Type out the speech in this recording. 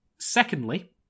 Secondly